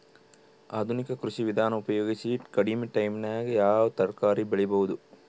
ಆಧುನಿಕ ಕೃಷಿ ವಿಧಾನ ಉಪಯೋಗಿಸಿ ಕಡಿಮ ಟೈಮನಾಗ ಯಾವ ತರಕಾರಿ ಬೆಳಿಬಹುದು?